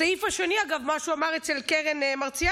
הסעיף השני, אגב, במה שהוא אמר אצל קרן מרציאנו,